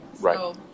Right